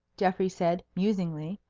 geoffrey said, musingly,